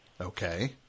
Okay